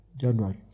January